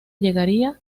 llegaría